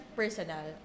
personal